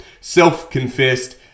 self-confessed